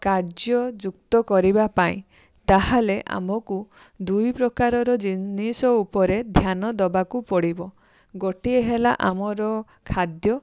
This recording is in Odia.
କାର୍ଯ୍ୟଯୁକ୍ତ କରିବା ପାଇଁ ତା'ହେଲେ ଆମକୁ ଦୁଇ ପ୍ରକାରର ଜିନିଷ ଉପରେ ଧ୍ୟାନ ଦବାକୁ ପଡ଼ିବ ଗୋଟିଏ ହେଲା ଆମର ଖାଦ୍ୟ